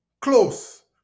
close